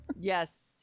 Yes